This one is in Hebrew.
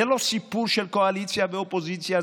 זה לא סיפור של קואליציה ואופוזיציה,